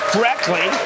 correctly